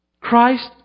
Christ